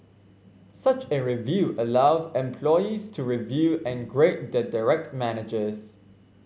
such a review allows employees to review and grade their direct managers